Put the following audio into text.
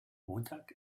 montag